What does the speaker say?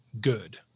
good